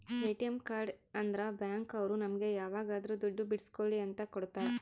ATM card ಅಂದ್ರ bank ಅವ್ರು ನಮ್ಗೆ ಯಾವಾಗದ್ರು ದುಡ್ಡು ಬಿಡ್ಸ್ಕೊಳಿ ಅಂತ ಕೊಡ್ತಾರ